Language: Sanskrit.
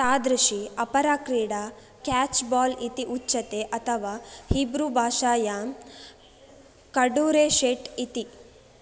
तादृशी अपरा क्रीडा केच् बाल् इति उच्यते अथवा हिब्रूभाषायां कडूरेशेट् इति